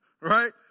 Right